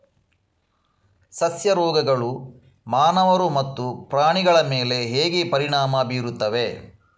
ಸಸ್ಯ ರೋಗಗಳು ಮಾನವರು ಮತ್ತು ಪ್ರಾಣಿಗಳ ಮೇಲೆ ಹೇಗೆ ಪರಿಣಾಮ ಬೀರುತ್ತವೆ